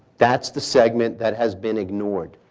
that's the segment that has been ignored.